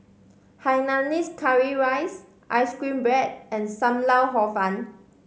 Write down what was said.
hainanese curry rice ice cream bread and Sam Lau Hor Fun